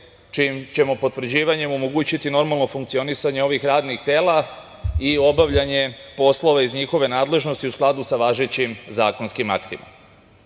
čijim ćemo potvrđivanjem omogućiti normalno funkcionisanje ovih radnih tela i obavljanje poslova iz njihove nadležnosti u skladu sa važećim zakonskim aktima. Kada